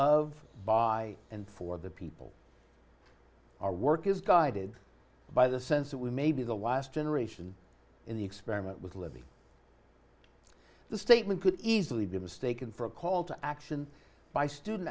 of by and for the people our work is guided by the sense that we may be the last generation in the experiment with living the statement could easily be mistaken for a call to action by student